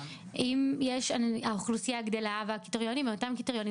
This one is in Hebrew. אם האוכלוסייה גדלה והקריטריונים הם אותם קריטריונים,